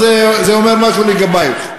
אז זה אומר משהו לגבייך.